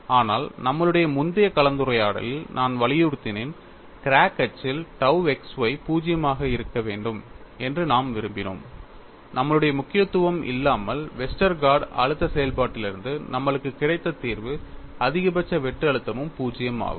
ஆனால் நம்மளுடைய முந்தைய கலந்துரையாடலில் நான் வலியுறுத்தினேன் கிராக் அச்சில் tau x y 0 ஆக இருக்க வேண்டும் என்று நாம் விரும்பினோம் நம்மளுடைய முக்கியத்துவம் இல்லாமல் வெஸ்டர்கார்ட் அழுத்த செயல்பாட்டிலிருந்து நம்மளுக்குக் கிடைத்த தீர்வு அதிகபட்ச வெட்டு அழுத்தமும் 0 ஆகும்